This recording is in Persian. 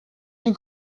این